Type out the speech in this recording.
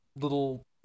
little